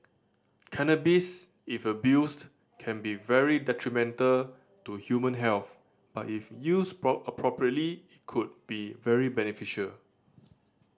cannabis if abused can be very detrimental to human health but if used appropriately it could be very beneficial